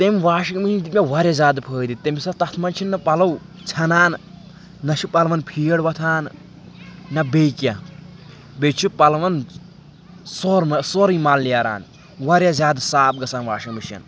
تٔمۍ washing machine دیُت مےٚ واریاہ زیادٕ فٲیدٕ تٔمِس تَتھ منٛز چھِنہٕ مےٚ پَلو ژھٮ۪نان نہ چھِ پَلوَن فیٖڈ وۄتھان نہ بیٚیہِ کینٛہہ بیٚیہِ چھِ پَلوَن سورمہٕ سورُے مَل نیران واریاہ زیادٕ صاف گژھان واشِنٛگ مِشیٖن